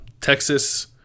Texas